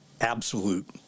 absolute